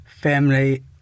family